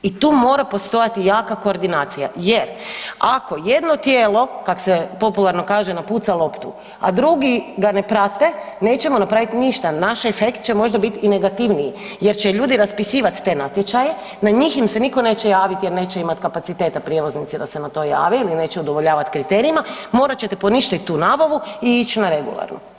I tu mora postojati jaka koordinacija jer ako jedno tijelo kak se popularno kaže napuca loptu, a drugi ga ne prate nećemo napraviti ništa, naš efekt će možda biti i negativniji jer će ljudi raspisivat te natječaje, na njih im se nitko neće javiti jer neće imati kapacitete prijevoznici da se na to jave ili neće udovoljavati kriterijima, morat ćete poništiti tu nabavu i ići na regularnu.